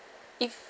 if